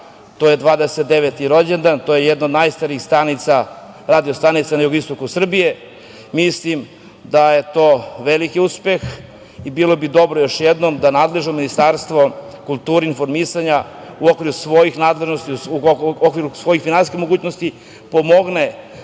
To je 29. rođendan. To je jedna od najstarijih radio stanica na jugoistoku Srbije. Mislim da je to veliki uspeh. Bilo bi dobro, još jednom kažem, da nadležno Ministarstvo kulture i informisanja u okviru svojih nadležnosti,